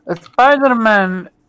Spider-Man